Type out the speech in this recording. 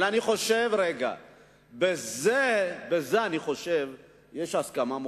הרי על זה אני חושב שיש הסכמה מוחלטת.